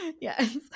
yes